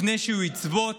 לפני שהוא יצבוט,